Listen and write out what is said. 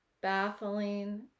baffling